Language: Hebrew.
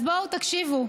אז בואו תקשיבו.